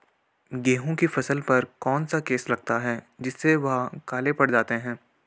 गेहूँ की फसल पर कौन सा केस लगता है जिससे वह काले पड़ जाते हैं?